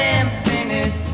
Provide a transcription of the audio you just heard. emptiness